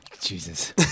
Jesus